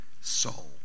soul